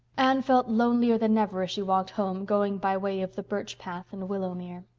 anne felt lonelier than ever as she walked home, going by way of the birch path and willowmere.